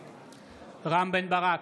בהצבעה רם בן ברק,